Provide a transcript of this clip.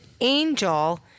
Angel